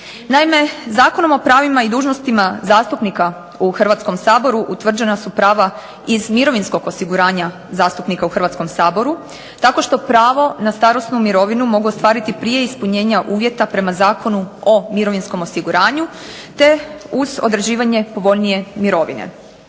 Naime, Zakonom o pravima i dužnostima zastupnika u Hrvatskom saboru utvrđena su prava iz mirovinskog osiguranja zastupnika u Hrvatskom saboru tako što pravo na starosnu mirovinu mogu ostvariti prije ispunjenja uvjeta prema Zakonu o mirovinskom osiguranju, te uz određivanje povoljnije mirovine.